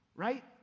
Right